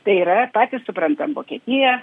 tai yra patys suprantam vokietija